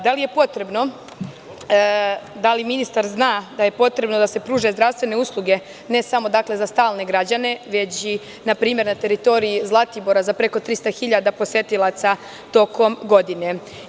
Da li ministar zna da je potrebno da se pruže zdravstvene usluge ne samo za stalne građane, već i, na primer na teritoriji Zlatibora, za preko 300.000 posetilaca tokom godine?